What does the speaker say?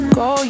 go